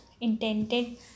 intended